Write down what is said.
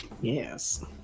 Yes